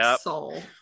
soul